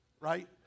right